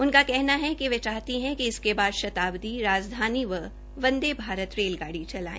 उसका कहना है कि वह चाहती है इसके बाद शताबदी राजधानी व वन्दे भारत रेलगाड़ी चलाए